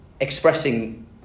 expressing